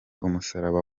umusaraba